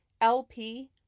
LP